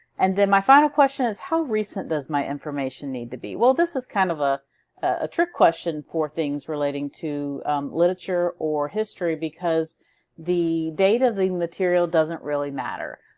and then my final question is, how recent does my information need to be? well, this is kind of a ah trick question for things relating to literature or history because the date of the material doesn't really matter.